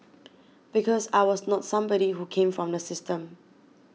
because I was not somebody who came from the system